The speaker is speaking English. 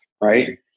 right